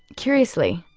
curiously,